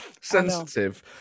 sensitive